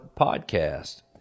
podcast